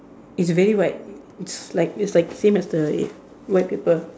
it's very white it's like it's like same as the err white paper